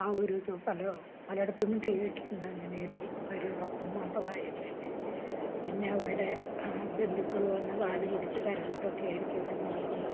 ആ ഒരു ഇത് പല പല ഇടത്തുനിന്നും കേട്ടിട്ടുണ്ട് അങ്ങനെ ഒരു കാര്യം ഡോക്ടർമാരുടെ വായിൽ നിന്ന് തന്നെ പിന്നെ അവരുടെ ബന്ധുക്കൾ വന്ന് കാലുപിടിച്ചു കരഞ്ഞിട്ടൊക്കെ ആയിരിക്കും അവർ നോക്കുന്നത്